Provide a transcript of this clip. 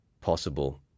possible